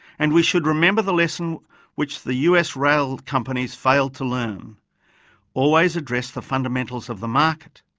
and we should remember the lesson which the us rail companies failed to learn always address the fundamentals of the market.